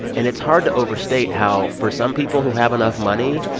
and it's hard to overstate how, for some people who have enough money,